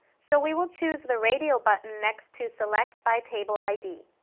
so we will choose the radio button next to select by table id.